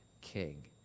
king